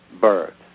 birds